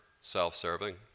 self-serving